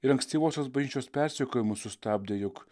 ir ankstyvosios bažnyčios persekiojimus sustabdė jog